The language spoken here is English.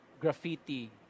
graffiti